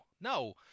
no